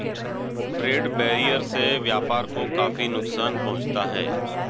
trade barrier से व्यापार को काफी नुकसान पहुंचता है